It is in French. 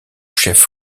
chef